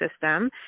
system